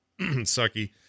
sucky